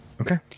Okay